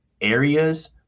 areas